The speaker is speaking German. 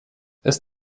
ist